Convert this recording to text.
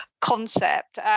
concept